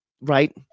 right